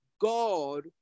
god